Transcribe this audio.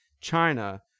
China